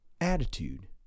attitude